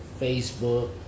Facebook